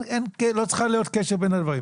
לא צריך להיות קשר בין הדברים.